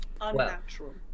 Unnatural